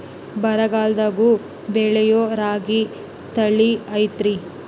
ಬರಗಾಲದಾಗೂ ಬೆಳಿಯೋ ರಾಗಿ ತಳಿ ಐತ್ರಿ?